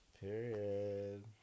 Period